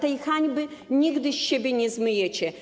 Tej hańby nigdy z siebie nie zmyjecie.